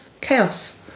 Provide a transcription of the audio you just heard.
Chaos